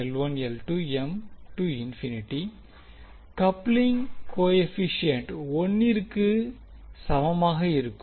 • coupling coefficient 1 இற்கு சமமாக இருக்கும்